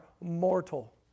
mortal